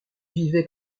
vivait